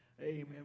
Amen